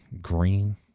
Green